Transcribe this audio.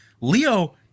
Leo